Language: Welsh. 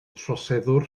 troseddwr